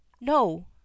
No